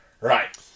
Right